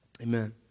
Amen